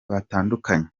batandukanye